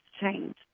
change